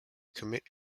commit